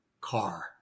car